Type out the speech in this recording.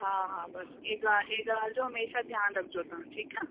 हा हा बसि हीअ ॻाल्हि हीअ ॻाल्हि जो हमेशह ध्यानु रखिजो तव्हां ठीकु आहे